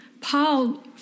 Paul